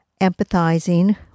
empathizing